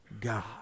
god